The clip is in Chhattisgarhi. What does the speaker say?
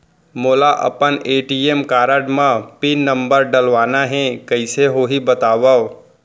मोला अपन ए.टी.एम कारड म पिन नंबर डलवाना हे कइसे होही बतावव?